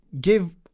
give